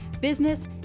business